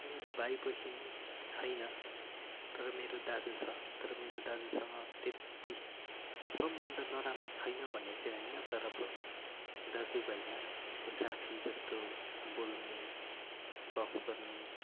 मेरो भाइ पछि छैन तर मेरो दाजु छ तर मेरो दाजुसँग त्यत्ति सम्बन्ध नराम्रो छैन भन्ने चाहिँ होइन तर अब दाजुभाइमा साथीजस्तो बोल्ने गफ गर्ने